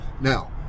Now